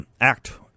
act